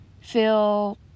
feel